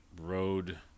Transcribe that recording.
road